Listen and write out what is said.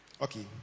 okay